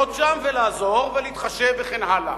להיות שם, ולעזור, ולהתחשב, וכן הלאה.